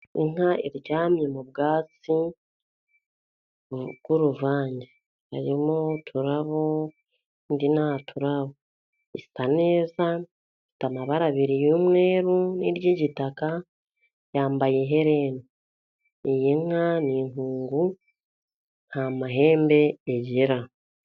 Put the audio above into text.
Inka iryamye mu bwatsi bw'uruvange harimo uturabo indi nta turabo, isa neza afite amabara abiri iry'umweru n'iry'igitaka yambaye iherena, iyi nka ni inkungu nta mahembe igira.